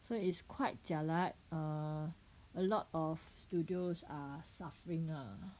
so it's quite jialat err a lot of studios are suffering ah